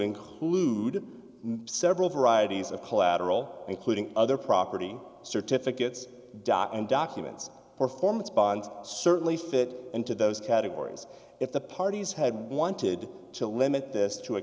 include several varieties of collateral including other property certificates dot and documents performance bonds certainly fit into those categories if the parties had wanted to limit this to a